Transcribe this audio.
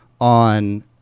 on